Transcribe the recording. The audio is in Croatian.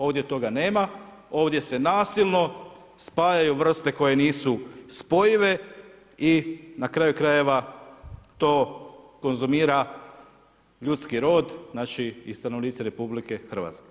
Ovdje toga nema, ovdje se nasilno spajaju vrste koje nisu spojive i na kraju krajeve to konzumira ljudski rod i stanovnici RH.